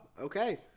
okay